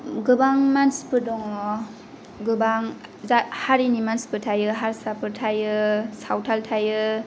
गोबां मानसिफोर दङ गोबां हारिनि मानसिफोर थायो हारसाफोर थायो सावथाल थायो